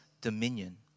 dominion